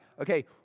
Okay